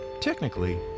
technically